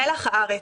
מלח הארץ,